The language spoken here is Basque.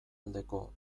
aldeko